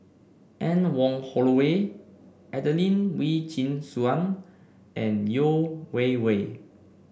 Anne Wong Holloway Adelene Wee Chin Suan and Yeo Wei Wei